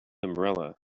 umbrella